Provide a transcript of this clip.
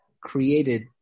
created